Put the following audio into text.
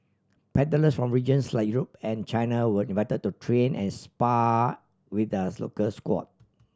paddlers from regions like Europe and China were invited to train and spar with the ah local squad